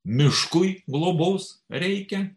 miškui globos reikia